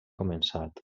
començat